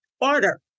order